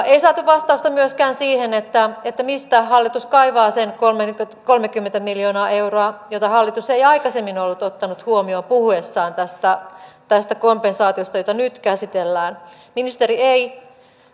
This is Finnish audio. ei saatu vastausta myöskään siihen mistä hallitus kaivaa sen kolmekymmentä miljoonaa euroa jota hallitus ei aikaisemmin ollut ottanut huomioon puhuessaan tästä tästä kompensaatiosta jota nyt käsitellään ministeri ei